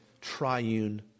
triune